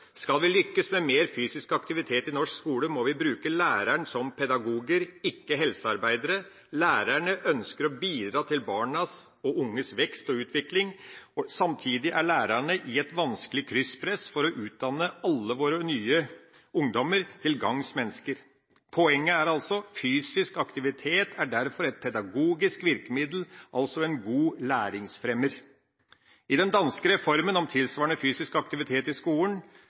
Skal vi lykkes med mer fysisk aktivitet i norsk skole, må vi bruke lærerne som pedagoger, ikke helsearbeidere. Lærerne ønsker å bidra til barn og unges vekst og utvikling. Samtidig er lærerne i et vanskelig krysspress for å utdanne alle våre ungdommer til gangs mennesker. Poenget er at fysisk aktivitet er et pedagogisk virkemiddel, altså en god læringsfremmer. I den danske reformen om tilsvarende fysisk aktivitet i skolen